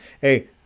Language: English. Hey